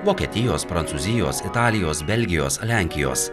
vokietijos prancūzijos italijos belgijos lenkijos